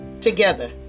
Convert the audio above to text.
together